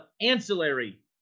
ancillary